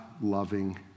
loving